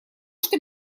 что